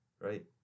right